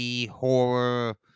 Horror